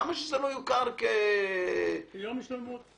למה שזה לא יוכר --- כיום השתלמות.